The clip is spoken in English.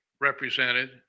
represented